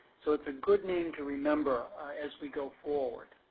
so its a good name to remember as we go forward.